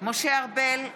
משה ארבל,